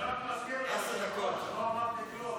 אני רק מזכיר ליושב-ראש שלא אמרתי כלום.